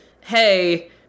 hey